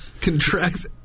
contracts